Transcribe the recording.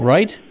Right